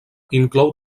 inclou